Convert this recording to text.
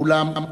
ואולם,